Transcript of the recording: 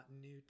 new